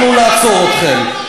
אנחנו נעצור אתכם.